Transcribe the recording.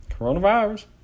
Coronavirus